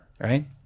right